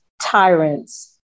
tyrants